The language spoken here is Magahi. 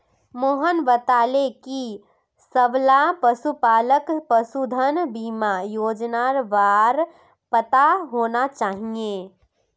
मोहन बताले कि सबला पशुपालकक पशुधन बीमा योजनार बार पता होना चाहिए